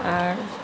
आर